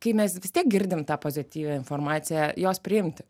kai mes vis tiek girdim tą pozityvią informaciją jos priimti